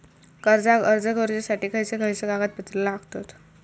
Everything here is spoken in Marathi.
कर्जाक अर्ज करुच्यासाठी खयचे खयचे कागदपत्र लागतत